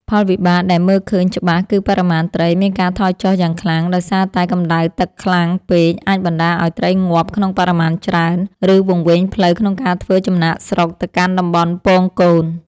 ផលវិបាកដែលមើលឃើញច្បាស់គឺបរិមាណត្រីមានការថយចុះយ៉ាងខ្លាំង ដោយសារតែកម្ដៅទឹកខ្លាំងពេកអាចបណ្ដាលឱ្យត្រីងាប់ក្នុងបរិមាណច្រើន ឬវង្វេងផ្លូវក្នុងការធ្វើចំណាកស្រុកទៅកាន់តំបន់ពងកូន។